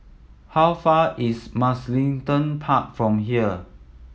how far is Mugliston Park from here